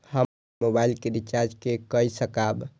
हम अपन मोबाइल के रिचार्ज के कई सकाब?